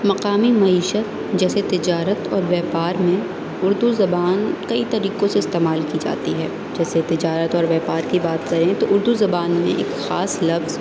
مقامی معیشت جیسے تجارت اور بیوپار میں اردو زبان کئی طریقوں سے استعمال کی جاتی ہے جیسے تجارت اور بیوپار کی بات کریں تو اردو زبان میں ایک خاص لفظ